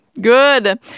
Good